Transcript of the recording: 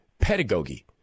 pedagogy